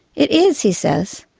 it is, he says,